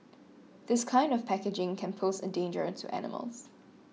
this kind of packaging can pose a danger to animals